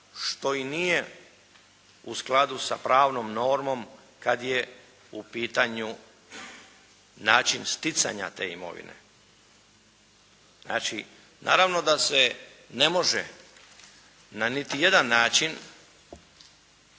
što i nije u skladu sa pravnom normom kad je u pitanju način sticanja te imovine. Znači, naravno da se ne može na niti jedan način